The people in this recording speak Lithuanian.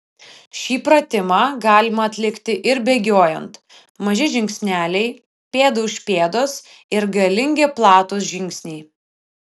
šį pratimą galima atlikti ir bėgiojant maži žingsneliai pėda už pėdos ir galingi platūs žingsniai